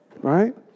Right